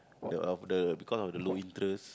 the of the because of the low interest